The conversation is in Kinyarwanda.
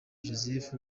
joseph